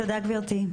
תודה גברתי.